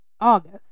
August